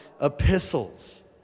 Epistles